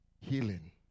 healing